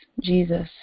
Jesus